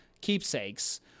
keepsakes